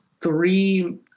three